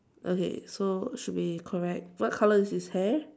okay so should be correct what colour is his hair